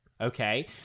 okay